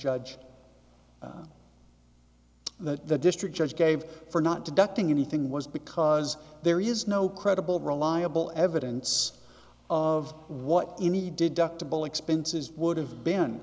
judge that the district judge gave for not ducting anything was because there is no credible reliable evidence of what you need deductible expenses would have been